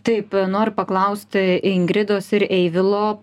taip noriu paklausti ingridos ir eivilo